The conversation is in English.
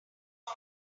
all